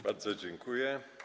Bardzo dziękuję.